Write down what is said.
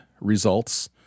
results